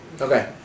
Okay